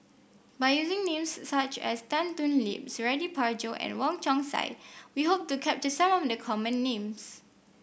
by using names such as Tan Thoon Lip Suradi Parjo and Wong Chong Sai we hope to capture some of the common names